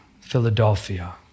Philadelphia